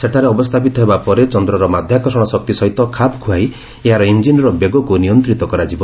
ସେଠାରେ ଅବସ୍ଥାପିତ ହେବା ପରେ ଚନ୍ଦ୍ରର ମାଧ୍ୟାକର୍ଷଣ ଶକ୍ତି ସହିତ ଖାପଖୁଆଇ ଏହାର ଇଞ୍ଜିନ୍ର ବେଗକୁ ନିୟନ୍ତିତ କରାଯିବ